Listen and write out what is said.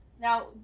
Now